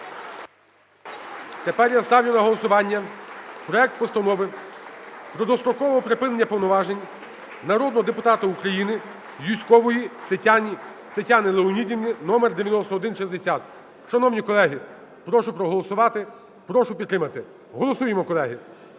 Тепер я ставлю на голосування проект Постанови про дострокове припинення повноважень народного депутата України Юзькової Тетяни Леонідівни (№9160). Шановні колеги, прошу проголосувати. Прошу підтримати. Голосуємо, колеги.